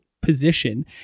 position